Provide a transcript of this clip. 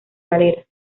varela